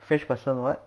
french person [what]